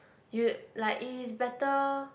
you like it is better